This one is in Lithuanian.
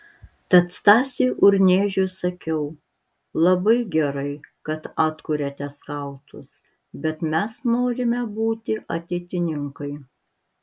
tad stasiui urniežiui sakiau labai gerai kad atkuriate skautus bet mes norime būti ateitininkai